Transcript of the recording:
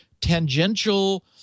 tangential